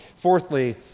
Fourthly